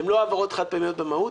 הן לא העברות חד פעמיות במהות,